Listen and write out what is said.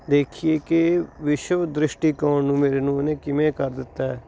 ਦੇਖੀਏ ਕਿ ਵਿਸ਼ਵ ਦ੍ਰਿਸ਼ਟੀਕੋਣ ਨੂੰ ਮੇਰੇ ਨੂੰ ਉਹਨੇ ਕਿਵੇਂ ਕਰ ਦਿੱਤਾ